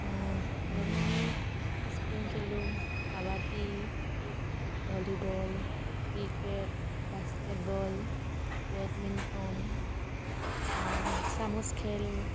যেনে আমি ইপিং খেলোঁ kabaddi volleyball cricket basketball badminton চামুচ খেল